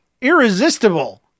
irresistible